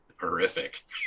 horrific